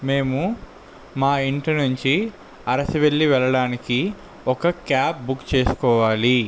మేము మా ఇంటి నుంచి అరసివల్లి వెళ్ళడానికి ఒక క్యాబ్ బుక్ చేసుకోవాలి